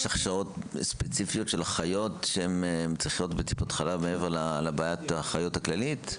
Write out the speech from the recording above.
יש הכשרות ספציפיות של אחיות לטיפות חלב מעבר לבעיית האחיות הכללית?